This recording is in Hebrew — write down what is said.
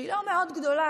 שהיא לא מאוד גדולה,